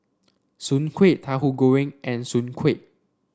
Soon Kway Tahu Goreng and Soon Kway